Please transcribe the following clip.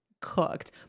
cooked